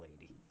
lady